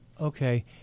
Okay